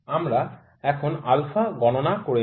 আমরা এখন α গণনা করিনি